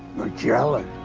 magellan.